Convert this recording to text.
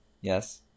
Yes